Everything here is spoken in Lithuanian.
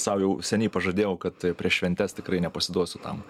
sau jau seniai pažadėjau kad prieš šventes tikrai nepasiduosiu tam